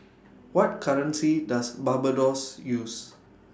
What currency Does Barbados use